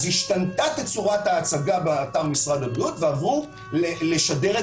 השתנתה תצורת ההצגה באתר משרד הבריאות ועברו לשדר את